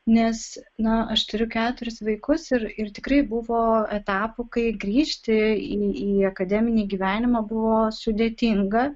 nes na aš turiu keturis vaikus ir ir tikrai buvo etapų kai grįžti į į akademinį gyvenimą buvo sudėtinga